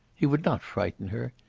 he would not frighten her.